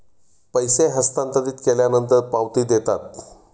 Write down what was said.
पैसे हस्तांतरित केल्यानंतर पावती देतात